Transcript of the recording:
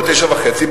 ב-09:30.